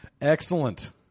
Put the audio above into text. Excellent